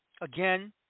again